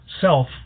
self